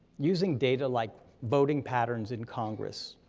using data like voting patterns in congress,